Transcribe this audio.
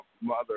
mother